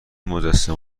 مجسمه